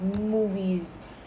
movies